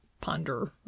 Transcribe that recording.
ponder